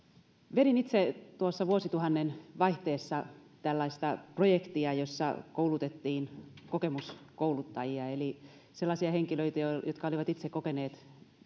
vedin itse tuossa vuosituhannen vaihteessa tällaista projektia jossa koulutettiin kokemuskouluttajia eli sellaisia henkilöitä jotka olivat itse kokeneet